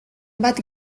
bat